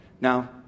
Now